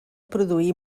produir